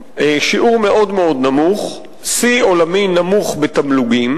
שיעור מאוד נמוך, שיא עולמי נמוך בתמלוגים.